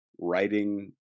writing